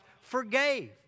forgave